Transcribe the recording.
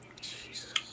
Jesus